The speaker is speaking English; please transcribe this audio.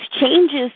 changes